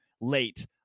late